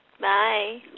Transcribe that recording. Bye